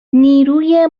نیروی